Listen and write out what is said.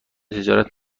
تجارت